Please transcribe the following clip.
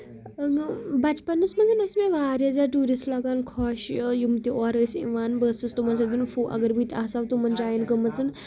بَچپَنس منٛز ٲسۍ مےٚ واریاہ زیادٕ ٹوٗرِسٹ لگان خۄش یِم تہِ اور ٲسۍ یِوان بہٕ ٲسٕس تِمن سۭتۍ اَگر بہٕ تہِ آسہٕ ہا تِمن جاین گٔمٕژ